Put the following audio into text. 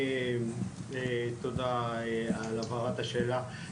תודה על הבהרת השאלה,